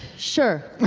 sure.